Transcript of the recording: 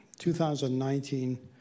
2019